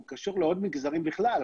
הוא קשור לעוד מגזרים בכלל,